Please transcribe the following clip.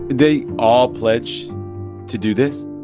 they all pledged to do this?